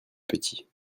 petit